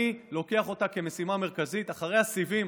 אני לוקח אותה כמשימה המרכזית, אחרי הסיבים.